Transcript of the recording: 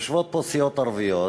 יושבות פה סיעות ערביות,